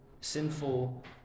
sinful